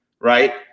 right